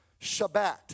Shabbat